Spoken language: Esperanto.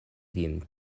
vin